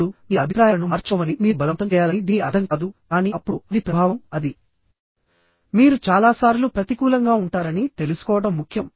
ఇప్పుడు మీ అభిప్రాయాలను మార్చుకోమని మీరు బలవంతం చేయాలని దీని అర్థం కాదు కానీ అప్పుడు అది ప్రభావం అది మీరు చాలా సార్లు ప్రతికూలంగా ఉంటారని తెలుసుకోవడం ముఖ్యం